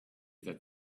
that